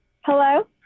Hello